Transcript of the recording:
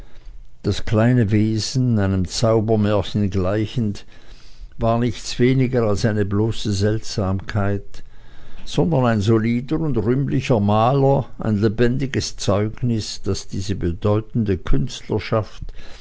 das kleine wesen einem zaubermärchen gleichend war nichts weniger als eine bloße seltsamkeit sondern ein solider und rühmlicher maler ein lebendiges zeugnis daß diese bedeutende